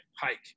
hike